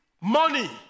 money